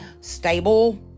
stable